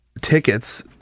tickets